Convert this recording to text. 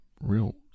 real